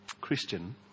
Christian